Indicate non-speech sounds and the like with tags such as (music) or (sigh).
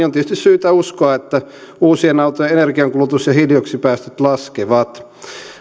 (unintelligible) on tietysti syytä uskoa että uusien autojen energiankulutus ja hiilidioksidipäästöt laskevat